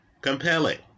Compelling